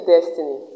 Destiny